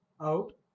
out